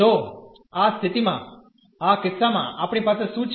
તો આ સ્થિતિમાં આ કિસ્સામાં આપણી પાસે શું છે